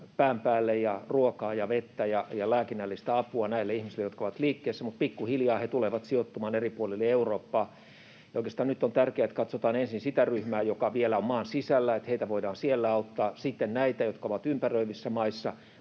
pään päälle ja ruokaa ja vettä ja lääkinnällistä apua näille ihmisille, jotka ovat liikkeessä, mutta pikkuhiljaa he tulevat sijoittumaan eri puolille Eurooppaa. Oikeastaan nyt on tärkeää, että katsotaan ensin sitä ryhmää, joka vielä on maan sisällä, että heitä voidaan siellä auttaa. Sitten näitä, jotka ovat ympäröivissä maissa,